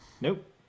Nope